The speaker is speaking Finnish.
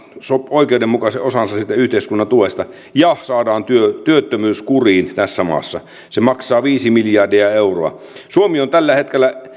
oikeudenmukaisen osansa siitä yhteiskunnan tuesta ja saadaan työttömyys kuriin tässä maassa se maksaa viisi miljardia euroa suomi on tällä hetkellä